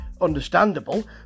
understandable